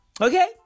Okay